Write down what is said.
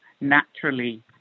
naturally